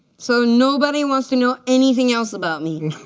so nobody wants to know anything else about me?